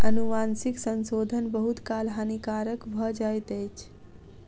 अनुवांशिक संशोधन बहुत काल हानिकारक भ जाइत अछि